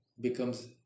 becomes